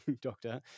doctor